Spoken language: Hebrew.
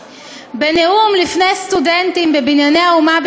אדם שבנה את ביתו בקורות עץ שהתבררו כגזולות,